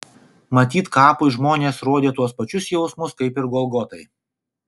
matyt kapui žmonės rodė tuos pačius jausmus kaip ir golgotai